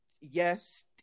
yes